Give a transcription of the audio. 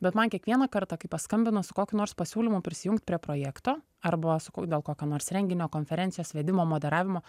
bet man kiekvieną kartą kai paskambina su kokiu nors pasiūlymu prisijungt prie projekto arba sakau dėl kokio nors renginio konferencijos vedimo moderavimo